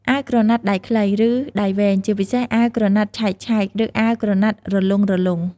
អាវក្រណាត់ដៃខ្លី ឬដៃវែង ជាពិសេសអាវក្រណាត់ឆែកៗ ឬអាវក្រណាត់រលុងៗ។